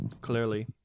clearly